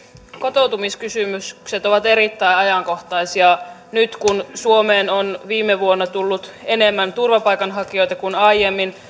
kotoutumiskysymykset ovat erittäin ajankohtaisia nyt kun suomeen on viime vuonna tullut enemmän turvapaikanhakijoita kuin aiemmin